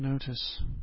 Notice